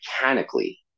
mechanically